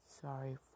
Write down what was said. sorry